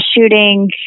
shooting